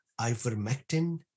ivermectin